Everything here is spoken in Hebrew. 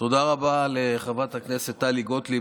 תודה רבה לחברת הכנסת טלי גוטליב.